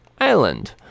island